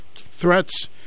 threats